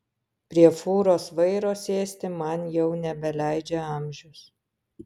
prie fūros vairo sėsti man jau nebeleidžia amžius